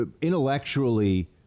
intellectually